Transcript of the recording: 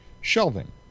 shelving